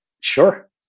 Sure